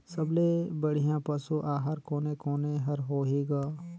सबले बढ़िया पशु आहार कोने कोने हर होही ग?